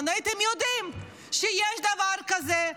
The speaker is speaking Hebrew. הייתם יודעים שיש דבר כזה,